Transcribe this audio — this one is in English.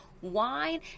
wine